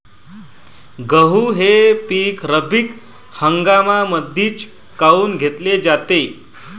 गहू हे पिक रब्बी हंगामामंदीच काऊन घेतले जाते?